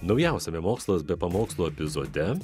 naujausiame mokslas be pamokslų epizode